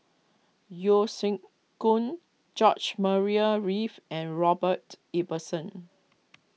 Yeo Siak Goon George Maria Reith and Robert Ibbetson